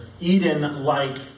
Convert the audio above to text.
Eden-like